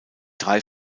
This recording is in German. drei